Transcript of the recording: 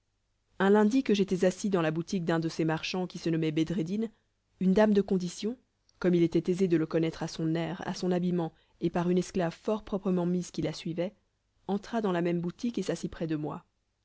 un lundi que j'étais assis dans la boutique d'un de ces marchands qui se nommait bedreddin une dame de condition comme il était aisé de le connaître à son air à son habillement et par une esclave fort proprement mise qui la suivait entra dans la même boutique et s'assit près de moi